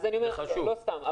לא סתם.